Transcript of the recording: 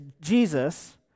Jesus